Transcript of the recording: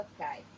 okay